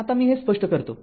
तरआता मी हे स्पष्ट करतो